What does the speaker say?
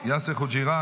יאסר חוג'יראת,